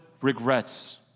regrets